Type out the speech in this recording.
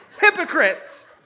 hypocrites